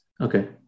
Okay